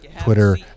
twitter